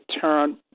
turn